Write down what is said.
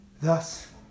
Thus